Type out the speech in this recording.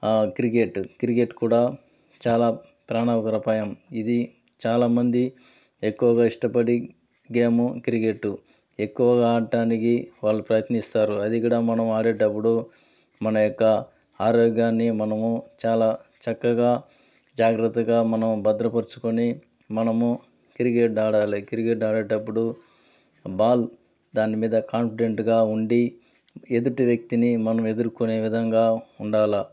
cricket cricket కూడా చాలా ప్రాణాపాయం ఇది చాలామంది ఎక్కువగా ఇష్టపడి గేమ్ క్రికెట్ ఎక్కువగా ఆడడానికి వాళ్ళు ప్రయత్నిస్తారు అది కూడా మనం ఆడేటప్పుడు మన యొక్క ఆరోగ్యాన్ని మనము చాలా చక్కగా జాగ్రత్తగా మనం భద్రపరుచుకొని మనము క్రికెట్ ఆడాలి క్రికెట్ ఆడేటప్పుడు బాల్ దానిమీద కాన్ఫిడెంట్గా ఉండి ఎదుటి వ్యక్తిని మనం ఎదుర్కొనే విధంగా ఉండాల